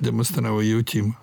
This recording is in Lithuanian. demonstravo jautimą